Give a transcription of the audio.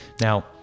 now